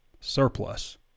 Surplus